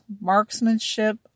marksmanship